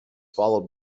followed